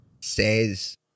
says